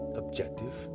objective